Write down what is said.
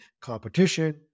competition